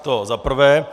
To za prvé.